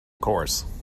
course